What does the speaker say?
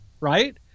right